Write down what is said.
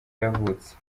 yavutse